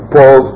Paul